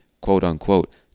quote-unquote